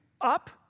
up